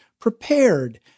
prepared